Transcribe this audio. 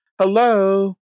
hello